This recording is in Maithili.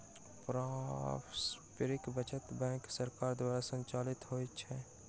पारस्परिक बचत बैंक सरकार द्वारा संचालित होइत अछि